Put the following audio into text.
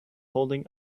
holding